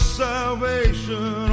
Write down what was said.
salvation